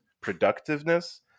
productiveness